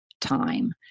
time